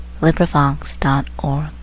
LibriVox.org